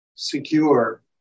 Secure